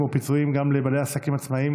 או הפיצויים גם לבעלי עסקים עצמאים